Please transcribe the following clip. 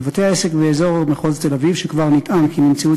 לבתי-העסק באזור מחוז תל-אביב שכבר נטען כי נמצאו